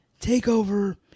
TakeOver